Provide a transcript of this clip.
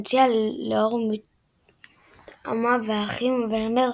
המוציאים לאור מטעמה והאחים וורנר,